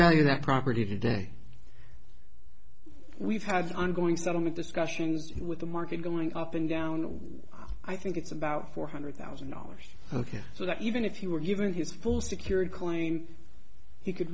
value that property today we've had ongoing settlement discussions with the market going up and down i think it's about four hundred thousand dollars ok so that even if you were given his full security claim he could